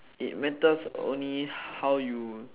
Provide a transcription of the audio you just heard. it matters only how you